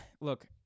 look